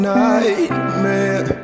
nightmare